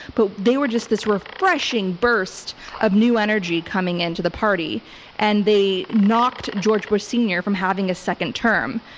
but they were just this refreshing burst of new energy coming into the party and they knocked george bush, senior from having a second term.